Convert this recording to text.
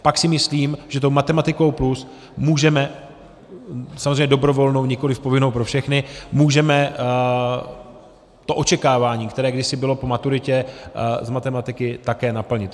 Pak si myslím, že tou Matematikou+ můžeme, samozřejmě dobrovolnou, nikoliv povinnou pro všechny, můžeme to očekávání, které kdysi bylo po maturitě z matematiky, také naplnit.